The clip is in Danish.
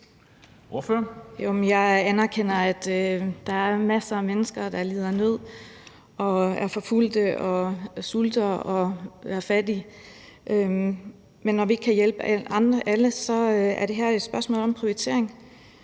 Jeg anerkender, at der er masser af mennesker, der lider nød, er forfulgt, sulter og er fattige. Men når vi ikke kan hjælpe alle, er det her et spørgsmål om prioritering,